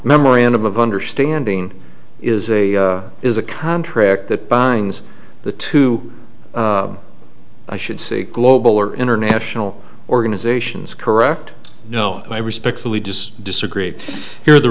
memorandum of understanding is a is a contract that binds the two i should say global or international organizations correct no i respectfully just disagree here the